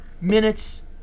minutes